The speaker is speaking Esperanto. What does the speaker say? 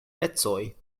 ecoj